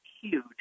huge